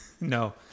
no